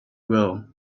well